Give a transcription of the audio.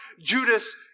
Judas